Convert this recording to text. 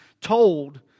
told